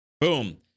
boom